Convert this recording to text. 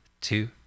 two